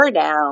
down